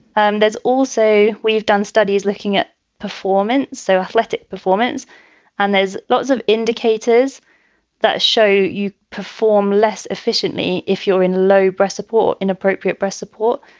um there's also we've done studies looking at performance, so athletic performance and there's lots of indicators that show you perform less efficiently if you're in low breast support, inappropriate breast support.